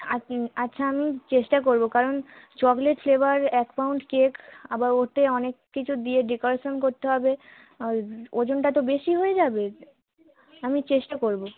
আপনি আচ্ছা আমি চেষ্টা করবো কারণ চকলেট ফ্লেভার এক পাউন্ড কেক আবার ওতে অনেক কিছু দিয়ে ডেকরেশান করতে হবে আর ওজনটা তো বেশি হয়ে যাবে আমি চেষ্টা করবো